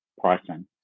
pricing